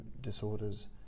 disorders